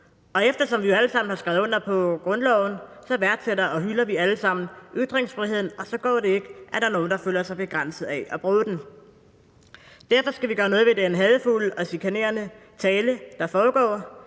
og eftersom vi jo alle sammen har skrevet under på grundloven, værdsætter og hylder vi alle sammen ytringsfriheden, og så går det ikke, at der er nogle, der føler sig begrænset i at bruge den. Derfor skal vi gøre noget ved den hadefulde og chikanerende tale, der foregår.